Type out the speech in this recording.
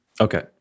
Okay